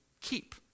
keep